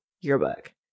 yearbook